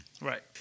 Right